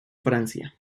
francia